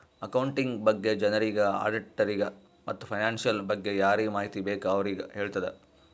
accounting ಬಗ್ಗೆ ಜನರಿಗ್, ಆಡಿಟ್ಟರಿಗ ಮತ್ತ್ ಫೈನಾನ್ಸಿಯಲ್ ಬಗ್ಗೆ ಯಾರಿಗ್ ಮಾಹಿತಿ ಬೇಕ್ ಅವ್ರಿಗ ಹೆಳ್ತುದ್